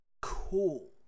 cool